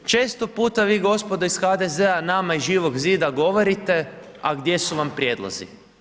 Često puta vi gospodo iz HDZ-a nama iz Živog zida govorite, a gdje su vam prijedlozi?